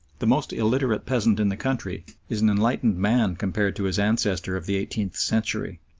the most illiterate peasant in the country is an enlightened man compared to his ancestor of the eighteenth century.